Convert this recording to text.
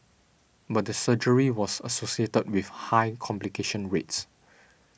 but the surgery was associated with high complication rates